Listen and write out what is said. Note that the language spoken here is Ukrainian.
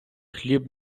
хліб